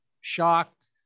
shocked